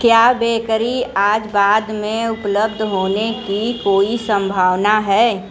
क्या बेकरी आज बाद में उपलब्ध होने की कोई संभावना है